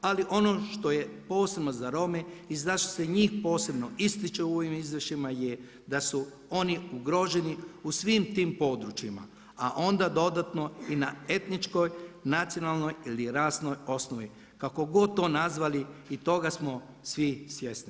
Ali ono što je posebno za Rome i zašto se njih posebno ističe u ovim izvješćima je da su oni ugroženi u svim tim područjima a onda dodatno i na etničkoj nacionalnoj ili rasnoj osnovi, kako god to nazvali, i toga smo svi svjesni.